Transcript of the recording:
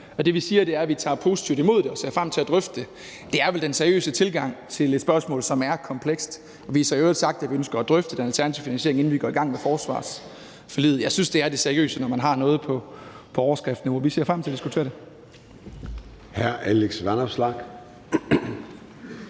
og det, vi siger, er, at vi tager positivt imod det og ser frem til at drøfte det. Det er vel den seriøse tilgang til et spørgsmål, som er komplekst. Og vi har så i øvrigt sagt, at vi ønsker at drøfte den alternative finansiering, inden vi går i gang med forsvarsforliget. Jeg synes, det er det seriøse at gøre, når man har noget på overskriftsniveau. Vi ser frem til at diskutere det.